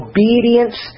Obedience